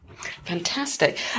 Fantastic